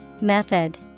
Method